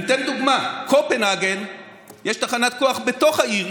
אני אתן דוגמאות: בקופנהגן יש תחנת כוח בתוך העיר,